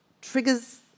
triggers